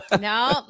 no